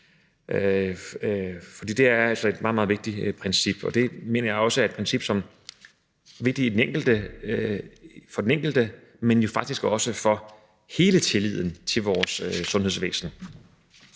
for det er altså et meget, meget vigtigt princip. Jeg mener, det er et princip, som er vigtigt for den enkelte, men jo faktisk også for hele tilliden til vores sundhedsvæsen.